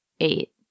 eight